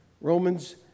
Romans